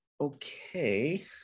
Okay